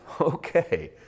Okay